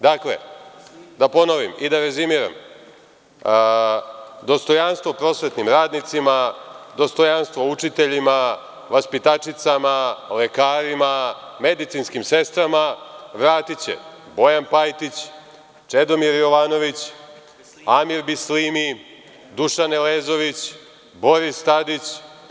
Dakle, da ponovim i da rezimiram, dostojanstvo prosvetnim radnicima, dostojanstvo učiteljima, vaspitačicama, lekarima, medicinskim sestrama, vratiće Bojan Pajtić, Čedomir Jovanović, Amir Bislini, Dušan Elezović, Boris Tadić.